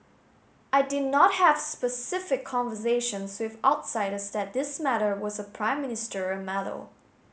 I did not have specific conversations with outsiders that this matter was a prime ministerial matter